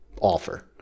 offer